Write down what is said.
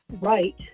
right